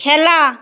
খেলা